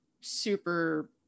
super